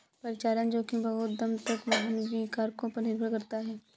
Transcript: परिचालन जोखिम बहुत हद तक मानवीय कारकों पर निर्भर करता है